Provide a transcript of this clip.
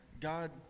God